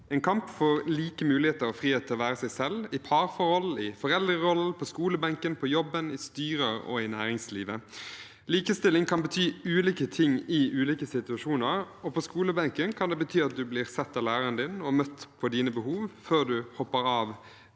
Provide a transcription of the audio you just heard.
en kamp for like muligheter og frihet til å være seg selv – i parforhold, i foreldrerollen, på skolebenken, på jobben, i styrer og i næringslivet. Likestilling kan bety ulike ting i ulike situasjoner. På skolebenken kan det bety at du blir sett av læreren din og møtt på dine behov, før du ender opp